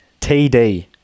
TD